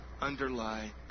underlie